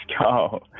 go